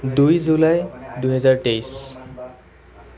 দুই জুলাই দুহেজাৰ তেইছ